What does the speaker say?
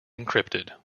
encrypted